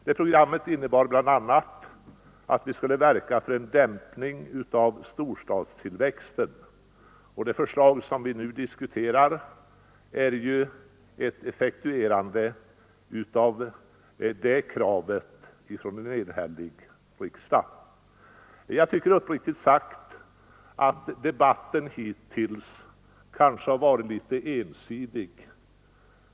Det programmet innbar bl.a. en dämpning av storstadstillväxten, och det förslag som vi nu diskuterar är ett effektuerande av det kravet från en enhällig riksdag. Jag tycker uppriktigt sagt att debatten hittills har varit litet ensidig.